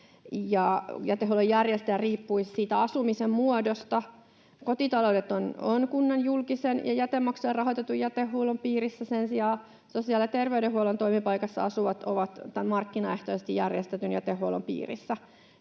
jätehuollon järjestäjä riippuisi siitä asumisen muodosta. Kotitaloudet ovat kunnan julkisen ja jätemaksuilla rahoitetun jätehuollon piirissä, sen sijaan sosiaali- ja terveydenhuollon toimipaikassa asuvat ovat tämän markkinaehtoisesti järjestetyn jätehuollon piirissä.